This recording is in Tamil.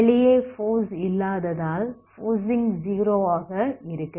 வெளியே ஃபோர்ஸ் இல்லாததால் ஃபோர்ஸிங் 0 ஆக இருக்கிறது